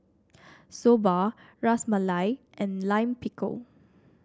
Soba Ras Malai and Lime Pickle